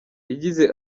yagize